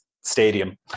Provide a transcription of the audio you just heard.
Stadium